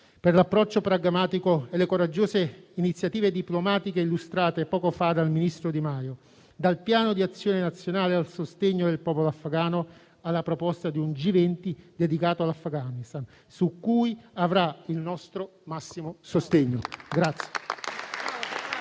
per l'approccio pragmatico e le coraggiose iniziative diplomatiche illustrate poco fa dal ministro Di Maio, dal piano di azione nazionale al sostegno del popolo afghano, alla proposta di un G20 dedicato all'Afghanistan, su cui avrà il nostro massimo sostegno.